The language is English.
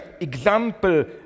example